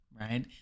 right